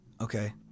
Okay